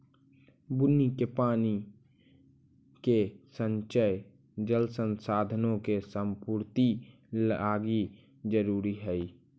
बुन्नी के पानी के संचय जल संसाधनों के संपूर्ति लागी जरूरी हई